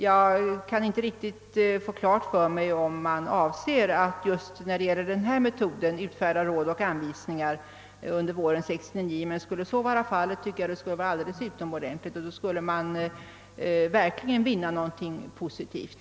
Jag har inte riktigt klart för mig om man avser att just för denna metod utfärda råd och anvisningar under våren 1969, men om så skulle vara fallet vore det alldeles utomordentligt och då skulle man verkligen vinna någonting positivt.